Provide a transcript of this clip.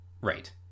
right